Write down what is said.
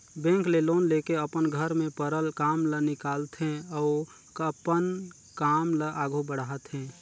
bank ले loan लेके अपन घर में परल काम ल निकालथे अउ अपन काम ल आघु बढ़ाथे